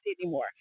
anymore